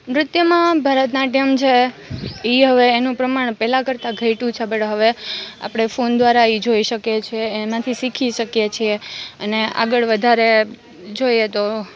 નૃત્યમાં ભરત નાટ્યમ છે ઈ હવે એનું પ્રમાણ પહેલાં કરતાં ઘટ્યું છે બટ હવે આપણે ફોન દ્વારા ઈ જોઈ શકીએ છીએ એનાથી શીખી શકીએ છીએ અને આગળ વધારે જોઈએ તો